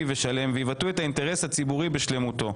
ושלם ויבטאו את האינטרס הציבורי בשלמותו.